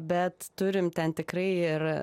bet turim ten tikrai ir